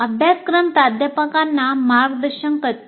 अभ्यासक्रम प्राध्यापकांना मार्गदर्शन करते